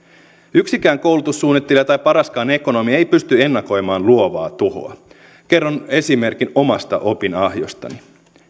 yksikään koulutussuunnittelija tai paraskaan ekonomi ei pysty ennakoimaan luovaa tuhoa kerron esimerkin omasta opinahjostani